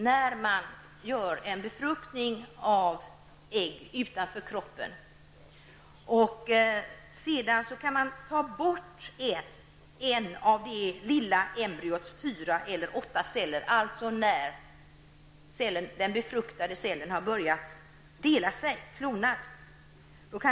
När man befruktar ett ägg utanför kroppen, kan man ta bort en av det lilla embryots 4 eller 8 celler, sedan den befruktade cellen börjat dela sig.